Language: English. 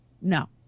No